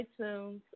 iTunes